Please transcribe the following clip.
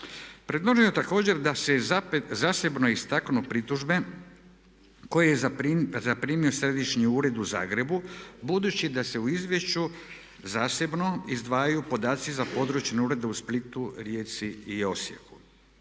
Predloženo je također da se zasebno istaknu pritužbe koje je zaprimio središnji ured u Zagrebu budući da se u izvješću zasebno izdvajaju podaci za područne urede u Splitu, Rijeci i Osijeku.